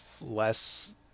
less